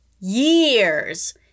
years